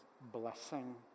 blessing